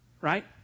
Right